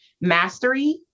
mastery